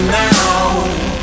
now